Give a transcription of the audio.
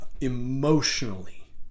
emotionally